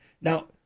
Now